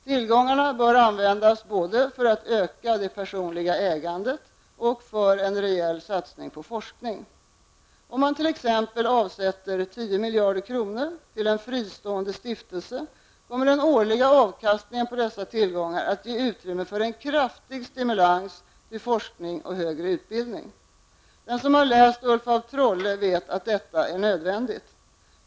Tillgångarna bör användas både för att öka det personliga ägandet och för en rejäl satsning på forskning. Om man t.ex. avsätter 10 miljarder kronor till en fristående stiftelse kommer den årliga avkastningen på dessa tillgångar att ge utrymme för en kraftig stimulans till forskning och högre utbildning. Den som har läst Ulf af Trolle vet att detta är nödvändigt.